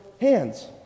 hands